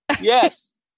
Yes